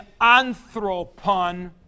anthropon